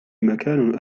مكان